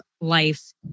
life